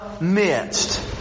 midst